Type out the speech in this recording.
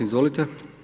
Izvolite.